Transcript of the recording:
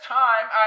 time